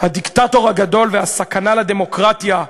"הדיקטטור הגדול והסכנה לדמוקרטיה",